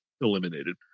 eliminated